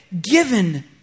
given